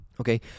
Okay